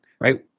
right